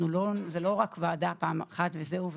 זו לא ועדה של פעם אחת, וזהו ושכחנו.